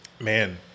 Man